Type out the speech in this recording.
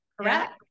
correct